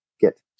get